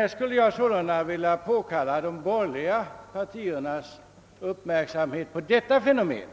Jag skulle därför vilja påkalla de borgerliga partiernas uppmärksamhet på detta fenomen.